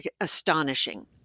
astonishing